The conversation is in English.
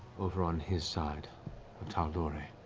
over on his side of tal'dorei.